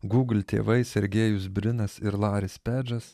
gūgl tėvai sergejus brinas ir laris pedžas